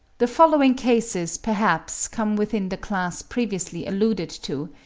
the following cases perhaps come within the class previously alluded to,